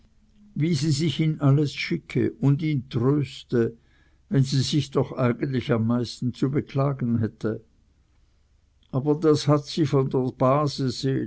wie sie sich in alles schicke und ihn tröste wenn sie sich doch eigentlich am meisten zu beklagen hätte aber das hat sie von der base